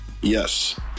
Yes